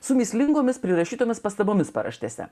su mįslingomis prirašytomis pastabomis paraštėse